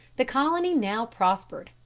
the colony now prospered.